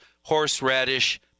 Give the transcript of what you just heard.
horseradish